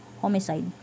homicide